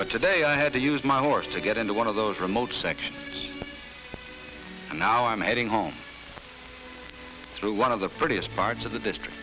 but today i had to use my horse to get into one of those remote section and now i'm heading home through one of the prettiest parts of the district